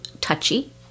touchy